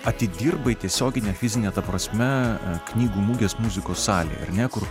atidirbai tiesiogine fizine prasme knygų mugės muzikos salėj ar ne kur